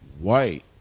White